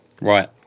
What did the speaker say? Right